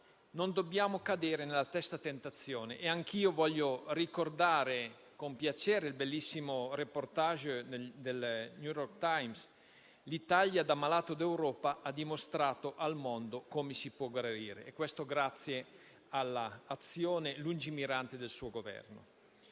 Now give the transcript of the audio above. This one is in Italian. non dobbiamo cadere nella stessa tentazione; e anch'io voglio ricordare con piacere il bellissimo *reportage* del «New York Times»: l'Italia da malato d'Europa ha dimostrato al mondo come si può guarire e questo grazie all'azione lungimirante del suo Governo.